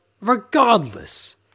regardless